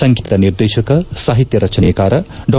ಸಂಗೀತ ನಿರ್ದೇಶಕ ಸಾಹಿತ್ಯ ರಚನೆಕಾರ ಡಾ